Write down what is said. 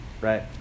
Right